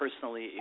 personally